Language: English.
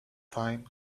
thyme